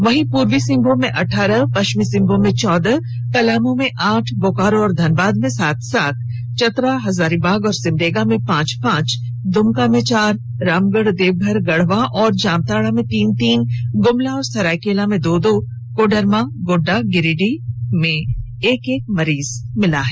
वहीं पूर्वी सिंहभूम में अठारह पश्चिमी सिंहभूम में चौदह पलामू में आठ बोकारो और धनबाद में सात सात चतरा हजारीबाग और सिमडेगा में पांच पांच दुमका में चार रामगढ़ देवघर गढ़वा और जामताड़ा में तीन तीन गुमला और सरायकेला में दो दो कोडरमा गोड्डा गिरिडीह में एक एक मरीज मिले हैं